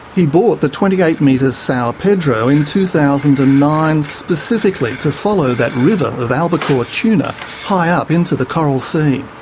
he bought the twenty eight metre sao pedro in two thousand and nine specifically to follow that river of albacore tuna high up into the coral sea.